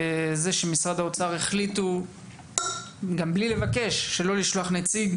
זה שמשרד האוצר החליטו שלא לשלוח נציג,